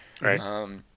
Right